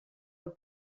elle